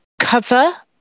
cover